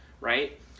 right